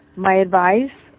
my advice